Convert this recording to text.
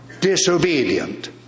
disobedient